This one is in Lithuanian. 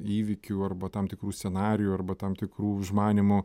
įvykių arba tam tikrų scenarijų tam tikrų užmanymų